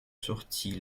sortis